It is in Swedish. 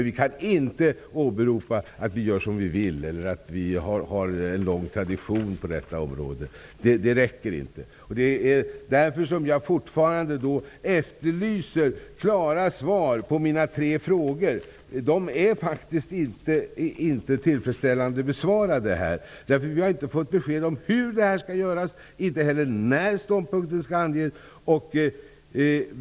Vi kan inte åberopa att vi gör som vi vill eller att vi har en lång tradition på detta område. Det räcker inte. Det är därför som jag fortfarande efterlyser klara svar på mina tre frågor. De är faktiskt inte tillfredsställande besvarade. Vi har inte fått besked om hur detta skall göras. Vi har inte heller fått besked när ståndpunkten skall anges.